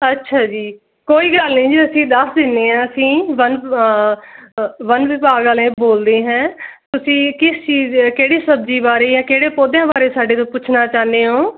ਅੱਛਾ ਜੀ ਕੋਈ ਗੱਲ ਨਹੀਂ ਜੀ ਅਸੀਂ ਦੱਸ ਦਿੰਦੇ ਹਾਂ ਅਸੀਂ ਵਨ ਵਿਭਾ ਵਨ ਵਿਭਾਗ ਵਾਲੇ ਬੋਲਦੇ ਹੈ ਤੁਸੀਂ ਕਿਸ ਚੀਜ਼ ਆ ਕਿਹੜੀ ਸਬਜ਼ੀ ਬਾਰੇ ਜਾਂ ਕਿਹੜੇ ਪੌਦਿਆਂ ਬਾਰੇ ਸਾਡੇ ਤੋਂ ਪੁੱਛਣਾ ਚਾਹੁੰਦੇ ਹੋ